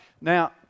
Now